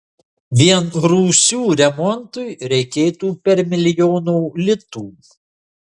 vien rūsių remontui reikėtų per milijono litų